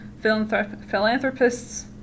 philanthropists